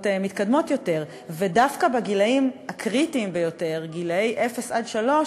ובעקבות החלת חוק, סוף-סוף,